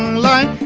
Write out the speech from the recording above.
la